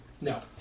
No